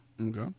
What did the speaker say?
okay